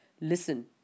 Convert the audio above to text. Listen